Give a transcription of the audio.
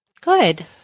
Good